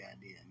idea